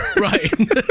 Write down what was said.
right